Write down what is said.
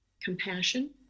compassion